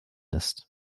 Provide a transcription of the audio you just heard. ist